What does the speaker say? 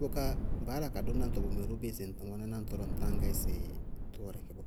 Bʋká baá yála ka dʋ náŋtɔ bʋmɛ ró bíɩ ŋsɩ ŋ wɛná náŋtɔ lɔ ŋtáa gɛ sɩ tʋ wɛrɛkɩ bɔɔ,